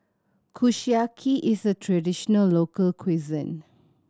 kushiyaki is a traditional local cuisine